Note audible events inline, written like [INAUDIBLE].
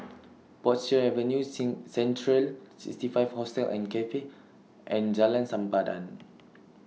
[NOISE] Portchester Avenue Sin Central sixty five Hostel and Cafe and Jalan Sempadan